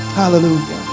hallelujah